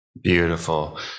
Beautiful